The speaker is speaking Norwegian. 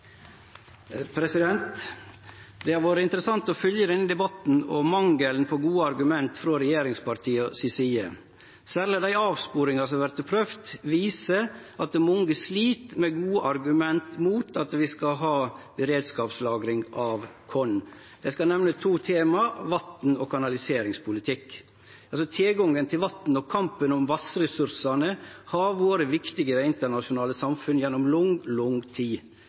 Det har vore interessant å følgje denne debatten og mangelen på gode argument frå regjeringspartia. Særleg dei avsporingane som har vorte prøvde, viser at mange slit med å ha gode argument imot at vi skal ha beredskapslagring av korn. Eg skal nemne to tema: vatn og kanaliseringspolitikk. Tilgang til vatn og kampen om vassressursane har vore viktig i det internasjonale samfunnet gjennom lang, lang tid.